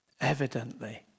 evidently